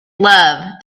love